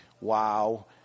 wow